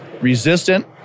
resistant